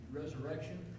resurrection